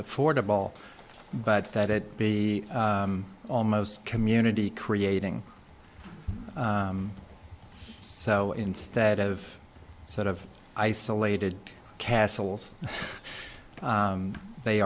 affordable but that it be almost community creating so instead of sort of isolated castles they